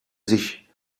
sich